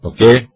Okay